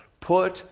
put